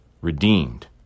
redeemed